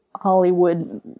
Hollywood